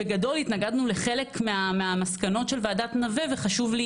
בגדול התנגדנו לחלק מהמסקנות של ועדת נווה וחשוב לי